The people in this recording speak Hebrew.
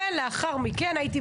לאחר מכן,